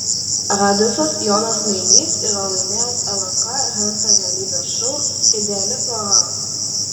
radistas jonas nainys yra laimėjęs lnk rengtą realybės šou ideali pora